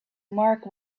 mark